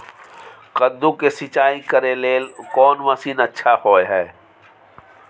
कद्दू के सिंचाई करे के लेल कोन मसीन अच्छा होय है?